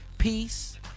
Peace